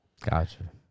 Gotcha